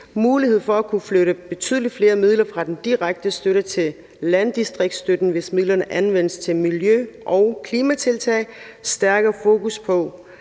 mulighed for at kunne flytte betydelig flere midler fra den direkte støtte til landdistriktsstøtten, hvis midlerne anvendes til miljø- og klimatiltag; stærkere fokus på